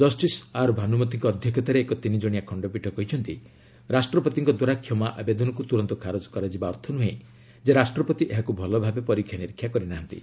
justice ଆର୍ଭାନ୍ମମତୀଙ୍କ ଅଧ୍ୟକ୍ଷତାରେ ଏକ ତିନିଜଶିଆ ଖଣ୍ଡପୀଠ କହିଛନ୍ତି ରାଷ୍ଟ୍ରପତିଙ୍କ ଦ୍ୱାରା କ୍ଷମା ଆବେଦନକୁ ତୁରନ୍ତ ଖାରଜ କରାଯିବା ଅର୍ଥ ନୁହେଁ ଯେ ରାଷ୍ଟ୍ରପତି ଏହାକୁ ଭଲଭାବେ ପରୀକ୍ଷା ନିରୀକ୍ଷା କରିନାହାନ୍ତି